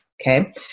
Okay